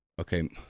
okay